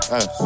Yes